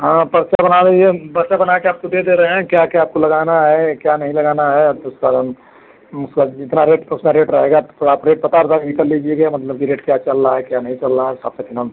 हाँ पर्चा बना लीजिए पर्चा बनाकर आपको दे दे रहे हैं क्या क्या आपको लगाना है क्या नहीं लगाना है आपको सारा उसका जितना रेट उसका रेट रहेगा तो थोड़ा आप रेट पता उता भी कर लीजिए कि मतलब रेट क्या चल रहा है क्या नहीं चल रहा है तब तक हम